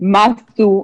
מה עשו,